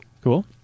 Cool